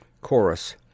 CHORUS